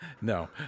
No